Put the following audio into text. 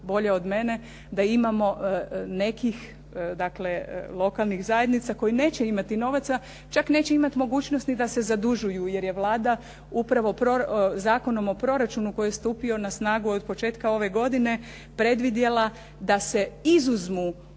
bolje od mene, da imamo nekih dakle lokalnih zajednica koje neće imati novaca, čak neće imati mogućnost ni da se zadužuju jer je Vlada upravo Zakonom o proračunu koji je stupio na snagu od početka ove godine predvidjela da se izuzmu